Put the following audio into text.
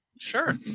Sure